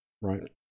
right